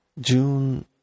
June